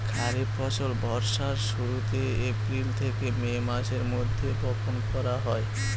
খরিফ ফসল বর্ষার শুরুতে, এপ্রিল থেকে মে মাসের মধ্যে, বপন করা হয়